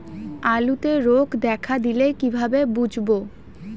আলুতে রোগ দেখা দিলে কিভাবে বুঝবো?